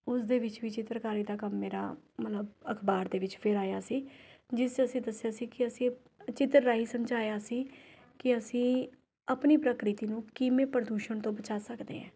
ਉਸ ਦੇ ਵਿੱਚ ਵੀ ਚਿੱਤਰਕਾਰੀ ਦਾ ਕੰਮ ਮੇਰਾ ਮਤਲਬ ਅਖਬਾਰ ਦੇ ਵਿੱਚ ਫਿਰ ਆਇਆ ਸੀ ਜਿਸ ਅਸੀਂ ਦੱਸਿਆ ਸੀ ਕਿ ਅਸੀਂ ਚਿੱਤਰ ਰਾਹੀਂ ਸਮਝਾਇਆ ਸੀ ਕਿ ਅਸੀਂ ਆਪਣੀ ਪ੍ਰਕਿਰਤੀ ਨੂੰ ਕਿਵੇਂ ਪ੍ਰਦੂਸ਼ਣ ਤੋਂ ਬਚਾਅ ਸਕਦੇ ਹਾਂ